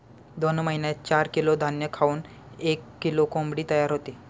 दोन महिन्यात चार किलो धान्य खाऊन एक किलो कोंबडी तयार होते